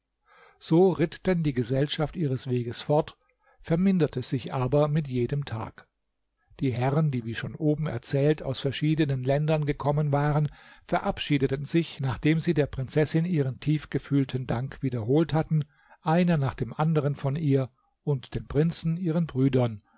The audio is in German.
so ritt denn die gesellschaft ihres weges fort verminderte sich aber mit jedem tag die herren die wie schon oben erzählt aus verschiedenen ländern gekommen waren verabschiedeten sich nachdem sie der prinzessin ihren tiefgefühlten dank wiederholt hatten einer nach dem anderen von ihr und den prinzen ihren brüdern